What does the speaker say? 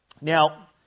Now